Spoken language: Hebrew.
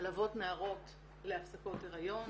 מלוות נערות להפסקות היריון,